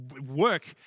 work